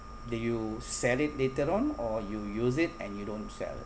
do you sell it later on or you use it and you don't sell